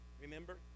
remember